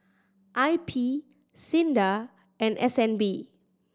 I P SINDA and S N B